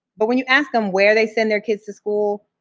but when you ask them where they send their kids to school,